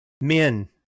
Men